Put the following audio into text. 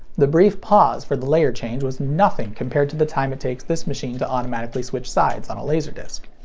the brief pause for the layer change was nothing compared to the time it takes this machine to automatically switch sides on a laserdisc.